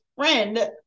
friend